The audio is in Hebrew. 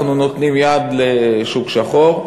אנחנו נותנים יד לשוק שחור,